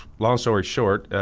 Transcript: long story short,